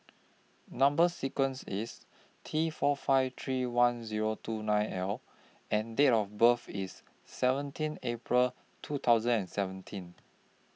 Number sequence IS T four five three one Zero two nine L and Date of birth IS seventeen April two thousand and seventeen